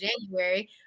january